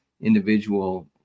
individual